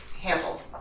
handled